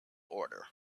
order